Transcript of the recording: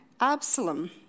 Absalom